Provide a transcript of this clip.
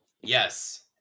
yes